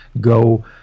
go